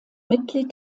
mitglied